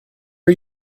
are